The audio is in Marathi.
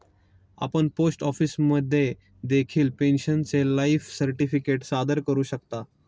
आपण पोस्ट ऑफिसमध्ये देखील पेन्शनरचे लाईफ सर्टिफिकेट सादर करू शकता